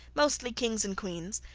mostly kings and queens,